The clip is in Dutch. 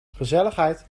gezelligheid